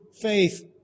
faith